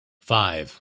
five